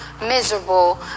miserable